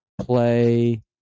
Play